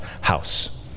house